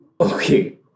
Okay